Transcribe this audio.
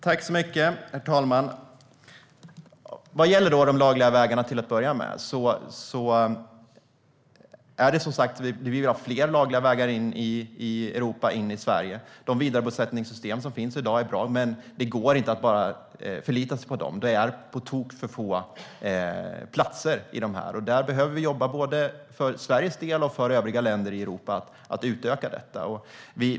Herr talman! Till att börja med vill vi som sagt ha fler lagliga vägar in i Europa och Sverige. De vidarebosättningssystem som finns i dag är bra, men det går inte att bara förlita sig på dem. Det finns på tok för få platser. Där behöver vi både i Sverige och i övriga länder i Europa jobba för att utöka systemen.